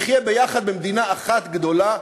נחיה ביחד במדינה אחת גדולה,